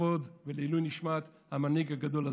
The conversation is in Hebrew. לכבוד עילוי נשמת המנהיג הגדול הזה.